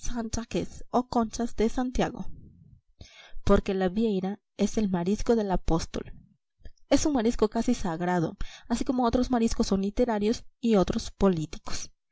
coquilles saint jacques o conchas de santiago porque la vieira es el marisco del apóstol es un marisco casi sagrado así como otros mariscos son literarios y otros políticos